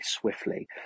swiftly